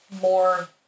more